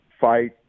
fight